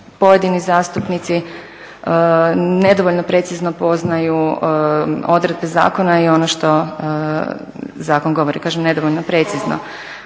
pojedini zastupnici nedovoljno precizno poznaju odredbe zakona i ono što zakon govori, kažem nedovoljno precizno.